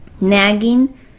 nagging